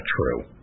true